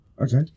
Okay